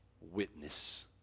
witness